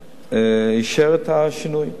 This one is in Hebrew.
בעולם, אישר את השינוי,